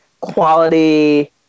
quality